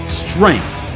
strength